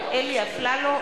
אפללו,